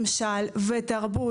ממשל ותרבות.